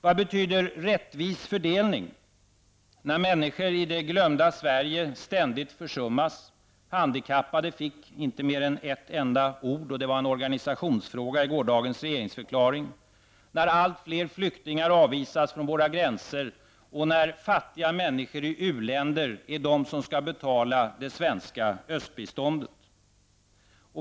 Vad betyder rättvis fördelning när människor i det glömda Sverige ständigt försummas och de handikappade inte fick mer än ett enda ord i gårdagens regeringsförklaring -- det var en organisationsfråga --, när allt fler flyktingar avvisas från våra gränser och när det är fattiga människor i u-länder som skall betala det svenska östbiståndet?